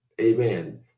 Amen